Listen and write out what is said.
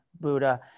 Buddha